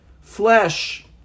flesh